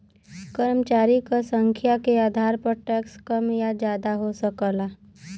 कर्मचारी क संख्या के आधार पर टैक्स कम या जादा हो सकला